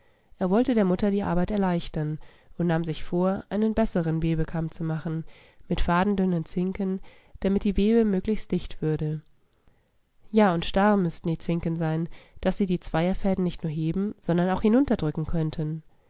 er wollte der mutter die arbeit erleichtern und nahm sich vor einen besseren webekamm zu machen mit fadendünnen zinken damit die webe möglichst dicht würde ja und starr müßten die zinken sein daß sie die zweierfäden nicht nur heben sondern auch hinunterdrücken könnten